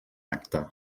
acte